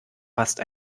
passt